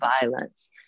violence